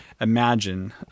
imagine